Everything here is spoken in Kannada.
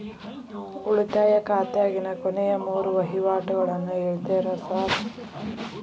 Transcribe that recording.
ಉಳಿತಾಯ ಖಾತ್ಯಾಗಿನ ಕೊನೆಯ ಮೂರು ವಹಿವಾಟುಗಳನ್ನ ಹೇಳ್ತೇರ ಸಾರ್?